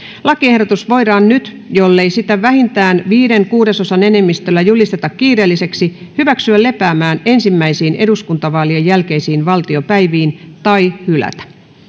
lakiehdotus voidaan nyt jollei sitä vähintään viiden kuudesosan enemmistöllä julisteta kiireelliseksi hyväksyä lepäämään ensimmäisiin eduskuntavaalien jälkeisiin valtiopäiviin tai hylätä